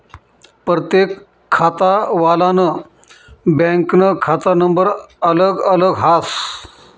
परतेक खातावालानं बँकनं खाता नंबर अलग अलग हास